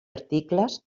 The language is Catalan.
articles